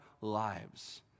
lives